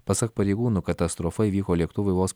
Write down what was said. pasak pareigūnų katastrofa įvyko lėktuvui vos